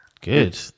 good